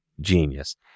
genius